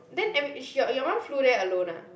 then eve~ is she your your mum flew there alone ah